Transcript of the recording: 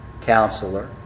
Counselor